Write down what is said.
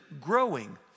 growing